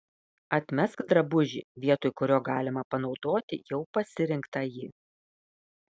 atmesk drabužį vietoj kurio galima panaudoti jau pasirinktąjį